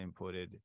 inputted